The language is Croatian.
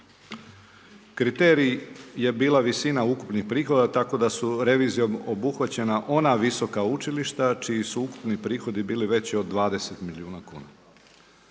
Kriterij je bila visina ukupnih prihoda tako da su revizijom obuhvaćena ona visoka učilišta čiji su ukupni prihodi bili veći od 20 milijuna kuna.